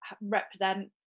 represent